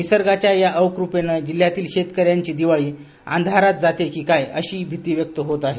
निसर्गाच्या या अवकृपेन जिल्ह्यातील शेतकऱ्यांची दिवाळी अंधारात जाते की काय अशी भीती व्यक्त होत आहे